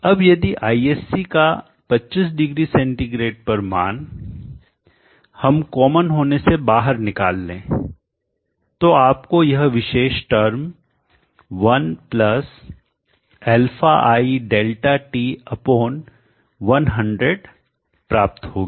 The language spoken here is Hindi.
अब यदि ISC का 25 डिग्री सेंटीग्रेड पर मान हम कॉमन उभयनिष्ठ होने से बाहर निकाल ले तो आपको यह विशेष टर्म 1αi ΔT100 प्राप्त होगी